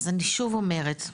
אז אני שוב אומרת,